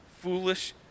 Foolish